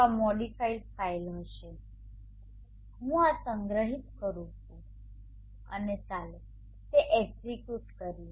તો આ modified file હશે ચાલો હું આ સંગ્રહિત કરું અને ચાલો તે એક્ઝીક્યુટ કરીએ